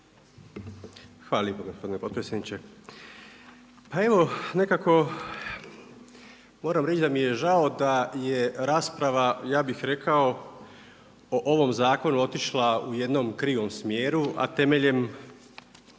Hvala lijepo gospodine potpredsjedniče. Pa evo nekako moram reći da mi je žao da je rasprava, ja bih rekao, o ovom zakonu otišla u jednom krivom smjeru a temeljem